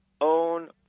own